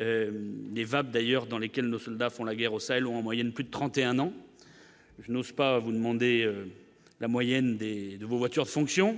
les vagues d'ailleurs dans lesquelles nos soldats font la guerre au Sahel en moyenne plus de 31 ans, je n'ose pas vous demander la moyenne de 2 voitures fonction